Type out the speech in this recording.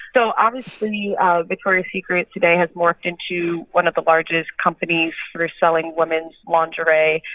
so, obviously, ah victoria's secret today has morphed into one of the largest companies for selling women's lingerie.